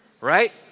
right